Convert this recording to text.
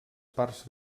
parts